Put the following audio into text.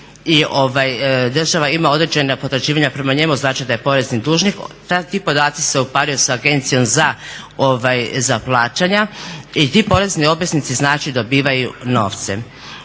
i država ima određena potraživanja prema njemu, znači da je porezni dužnik. Ti podaci se uparuju sa Agencijom za plaćanja i ti porezni obveznici znači dobivaju novce.